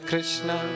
Krishna